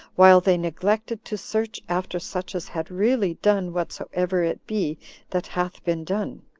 while they neglected to search after such as had really done whatsoever it be that hath been done.